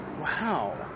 Wow